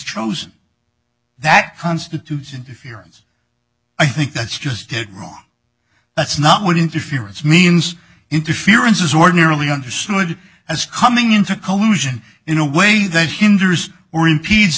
chosen that constitutes interference i think that's just good wrong that's not what interference means interference is ordinarily understood as coming into collusion in a way that hinders or